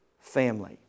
family